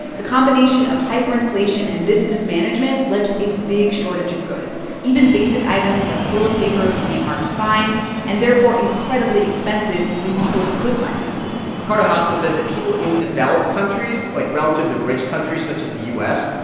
the combination of hyperinflation and this mismanagement led to a big shortage of goods. even basic items like toilet paper became hard to find and therefore incredibly expensive when people could find them ricardo hausmann says that people in developed countries like relatively rich countries such as the u s.